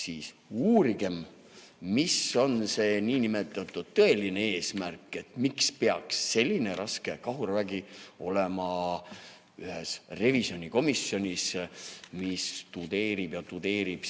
siis uurigem, mis on see nn tõeline eesmärk, miks peaks selline raskekahurvägi olema ühes revisjonikomisjonis, kes tudeerib ja tudeerib